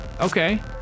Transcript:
Okay